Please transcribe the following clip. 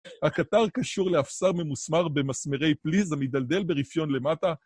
הקטר קשור לאפסר ממוסמר במסמרי פליז המדלדל ברפיון למטה